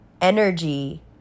energy